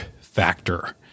factor